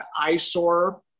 eyesore